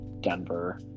Denver